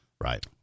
right